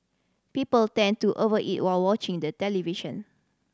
people tend to over eat while watching the television